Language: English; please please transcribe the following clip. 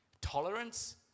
tolerance